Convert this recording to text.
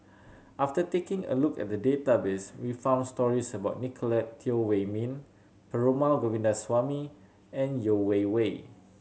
after taking a look at the database we found stories about Nicolette Teo Wei Min Perumal Govindaswamy and Yeo Wei Wei